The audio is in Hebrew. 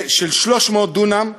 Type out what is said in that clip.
של 300 דונם,